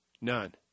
None